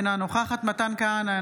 אינה נוכחת מתן כהנא,